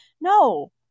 no